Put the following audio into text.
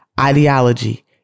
ideology